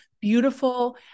beautiful